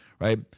Right